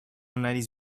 nineties